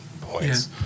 points